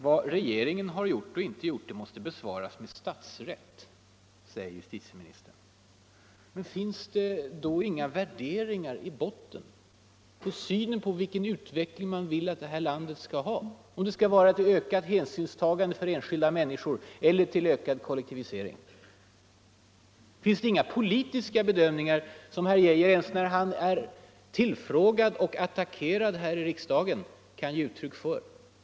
Vad regeringen har gjort och inte gjort måste besvaras med ”statsrätt”, säger justitieministern. Men finns det då inga värderingar i botten när 41 det gäller synen på vilken utveckling man vill att det här landet skall ha: om det skall vara ett ökat hänsynstagande till enskilda människor eller ökad kollektivisering? Finns det inga politiska bedömningar som herr Geijer, ens när han är tillfrågad och attackerad här i riksdagen, kan ge uttryck för?